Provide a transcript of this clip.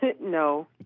No